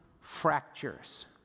fractures